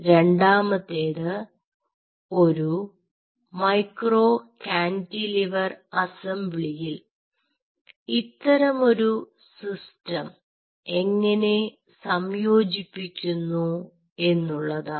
രണ്ടാമത്തേത് ഒരു micro cantilever അസംബ്ലിയിൽ ഇത്തരമൊരു സിസ്റ്റം എങ്ങനെ സംയോജിപ്പിക്കുന്നു എന്നുള്ളതാണ്